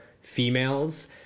females